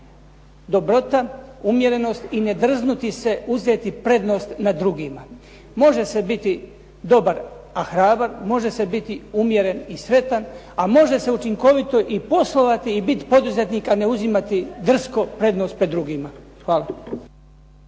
dobrota, umjerenost i ne drznuti se uzeti prednost nad drugima. Može se biti dobar a hrabar, može se biti umjeren i sretan, a može se učinkovito i poslovati i biti poduzetnik a ne uzimati drsko prednost pred drugima. Hvala.